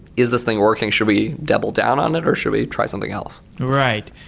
is this thing working? should we double down on it or should we try something else? right.